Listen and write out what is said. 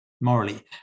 morally